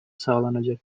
sağlanacak